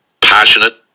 passionate